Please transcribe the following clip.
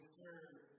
serve